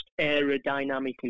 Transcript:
aerodynamically